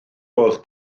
oedd